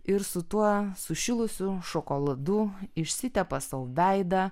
ir su tuo sušilusiu šokoladu išsitepa sau veidą